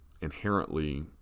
inherently